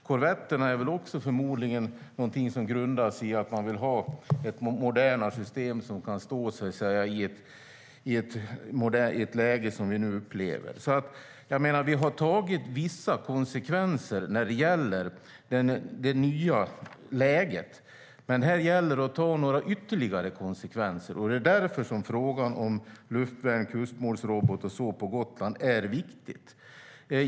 Korvetterna är också något som förmodligen grundas i att man vill ha ett modernare system som kan stå sig i ett sådant läge som vi nu upplever. Vi har tagit vissa konsekvenser när det gäller det nya läget, men detta gäller att ta ytterligare konsekvenser. Det är därför som frågan om luftvärn, kustmålsrobot och liknande på Gotland är viktigt.